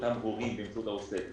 גורמים באמצעות העוסק,